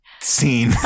Scene